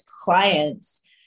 clients